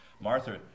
Martha